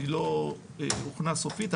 היא לא הוכנה סופית,